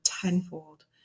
tenfold